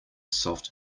soft